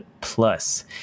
plus